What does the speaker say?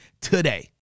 today